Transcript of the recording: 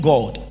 God